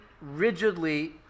rigidly